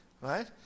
Right